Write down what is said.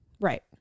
Right